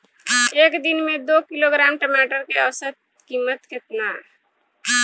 एक दिन में दो किलोग्राम टमाटर के औसत कीमत केतना होइ?